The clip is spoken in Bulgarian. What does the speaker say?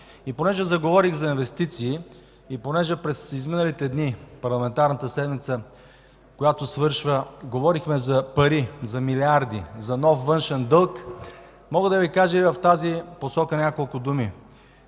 Понеже заговорих за инвестиции, и понеже през изминалите дни, в парламентарната седмица, която свършва, говорихме за пари, за милиарди, за нов външен дълг, мога да Ви кажа няколко думи